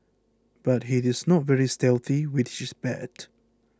but he is not very stealthy which is bad